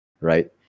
right